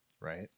Right